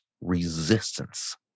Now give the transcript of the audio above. resistance